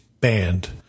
band